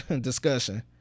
discussion